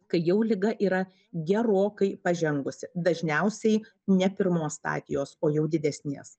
kai jau liga yra gerokai pažengusi dažniausiai ne pirmos stadijos o jau didesnės